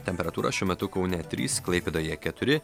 temperatūra šiuo metu kaune trys klaipėdoje keturi